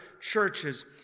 churches